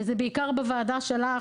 וזה בעיקר בוועדה שלך